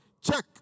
Check